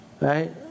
Right